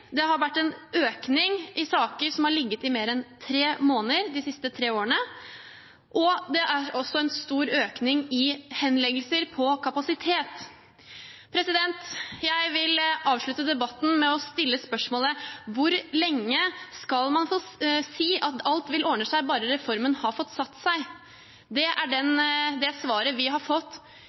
det har vært en økning i antallet saker som har ligget i mer enn tre måneder, de siste tre årene det er også en stor økning i antallet henleggelser på grunn av kapasitet Jeg vil avslutte debatten med å stille et spørsmål: Hvor lenge skal man få si at alt vil ordne seg bare reformen får satt seg? Det er det svaret vi har fått